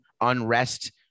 unrest